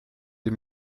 des